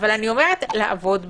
לעבוד בשיטתיות.